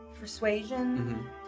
Persuasion